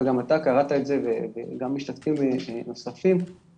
וגם אתה ומשתתפים נוספים קראו את זה,